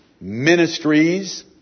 ministries